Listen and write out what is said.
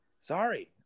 sorry